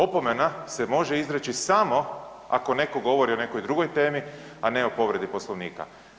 Opomena se može izreći samo ako netko govori o nekoj drugoj temi, a ne o povredi Poslovnika.